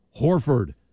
Horford